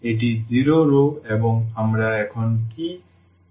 এটি 0 রও এবং আমরা এখন কি উপসংহার করছি